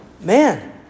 man